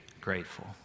grateful